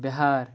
Bihar